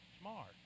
Smart